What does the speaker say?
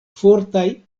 fortaj